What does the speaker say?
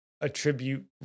attribute